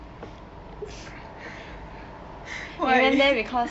why